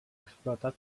explotat